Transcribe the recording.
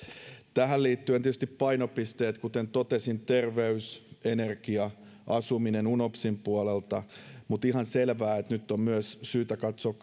tähän liittyvät tietysti painopisteet kuten totesin terveys energia asuminen unopsin puolelta mutta on ihan selvää että nyt on myös syytä katsoa